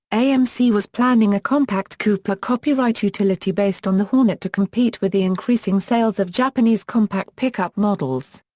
amc was planning a compact coupe ah coupe yeah utility based on the hornet to compete with the increasing sales of japanese compact pickup models.